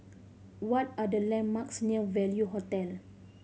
what are the landmarks near Value Hotel